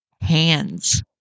hands